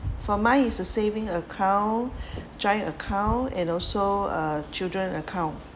for mine is a saving account joint account and also uh children account